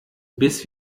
bis